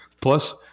Plus